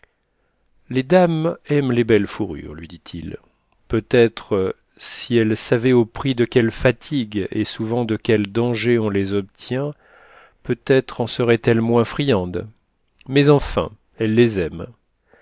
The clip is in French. les dames aiment les belles fourrures lui dit-il peut-être si elles savaient au prix de quelles fatigues et souvent de quels dangers on les obtient peut-être en seraient-elles moins friandes mais enfin elles les aiment